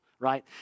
right